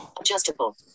Adjustable